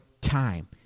time